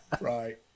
Right